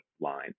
line